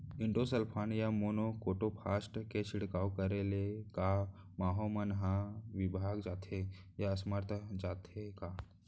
Endosulfan या monocrotophos के छिड़काव करे ले क माहो मन का विभाग जाथे या असमर्थ जाथे का?